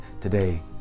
today